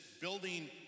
building